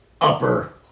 upper